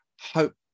hope